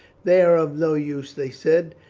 they are of no use, they said,